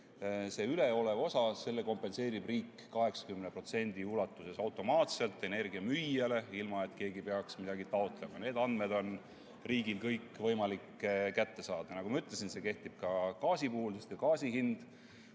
selle üleoleva osa kompenseerib riik 80% ulatuses automaatselt energiamüüjale, ilma et keegi peaks midagi taotlema. Need andmed on riigil kõik võimalik kätte saada. Ja nagu ma ütlesin, see kehtib ka gaasi puhul, sest ka gaasi hind